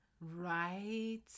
right